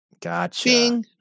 Gotcha